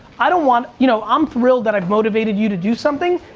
i don't want, you know, i'm trilled that i've motivated you to do something,